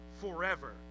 forever